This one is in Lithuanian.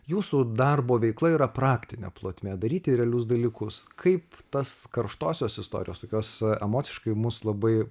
jūsų darbo veikla yra praktinė plotmė daryti realius dalykus kaip tas karštosios istorijos tokios emociškai mus labai